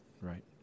right